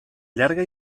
llarga